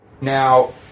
Now